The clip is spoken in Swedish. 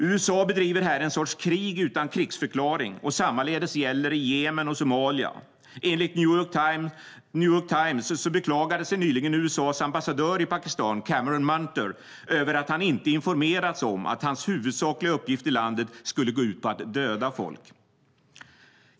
USA bedriver här en sorts krig utan krigsförklaring, och sammaledes gäller i Jemen och Somalia. Enligt New York Times beklagade sig nyligen USA:s ambassadör i Pakistan, Cameron Munter, över att han inte informerats om att hans huvudsakliga uppgift i landet skulle gå ut på att döda folk.